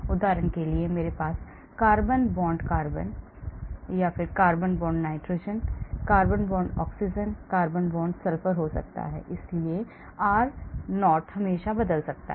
उदाहरण के लिए मेरे पास carbon carbon carbon nitrogen carbon oxygen carbon sulfur हो सकता है इसलिए r0 बदल सकता है